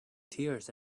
tears